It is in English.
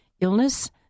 illness